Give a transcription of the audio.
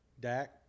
Dak